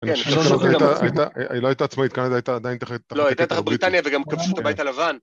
היא לא הייתה עצמאית, קנדה הייתה עדיין תחת בריטניה וגם כבשו את הבית הלבן